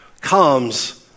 comes